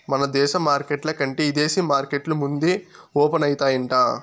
మన దేశ మార్కెట్ల కంటే ఇదేశీ మార్కెట్లు ముందే ఓపనయితాయంట